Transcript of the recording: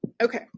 Okay